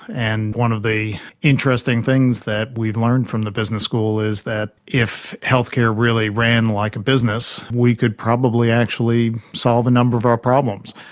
and one of the interesting things that we've learned from the business school is that if healthcare really ran like a business, we could probably actually solve a number of our problems.